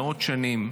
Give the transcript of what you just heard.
מאות שנים,